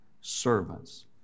servants